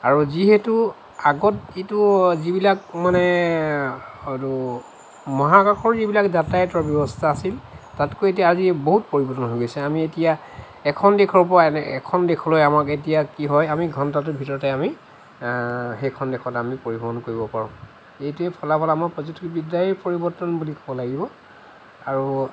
আৰু যিহেতু আগত এইটো যিবিলাক মানে আৰু মহাকাশৰ যিবিলাক যাতায়তৰ ব্যৱস্থা আছিল তাতকৈ এতিয়া আজি বহুত পৰিবৰ্তন হৈ গৈছে আমি এতিয়া এখন দেশৰ পৰা এখন দেশলৈ আমাৰ এতিয়া কি হয় আমি ঘণ্টাটোৰ ভিতৰতে আমি সেইখন দেশত আমি পৰিবহন কৰিব পাৰোঁ এইটোৱে ফলাফল আমাৰ প্ৰযুক্তিবিদ্যাৰেই পৰিবৰ্তন বুলি ক'ব লাগিব আৰু